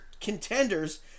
contenders